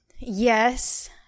Yes